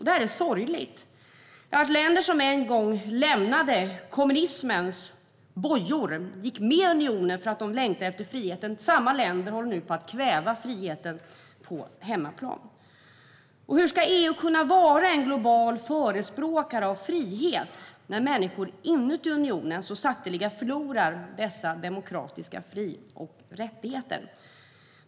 Det är sorgligt - länder som en gång lämnade kommunismens bojor och gick med i unionen eftersom de längtade efter friheten håller nu på att kväva friheten på hemmaplan. Hur ska EU kunna vara en global förespråkare av frihet när människor inuti unionen så sakteliga förlorar dessa demokratiska fri och rättigheter?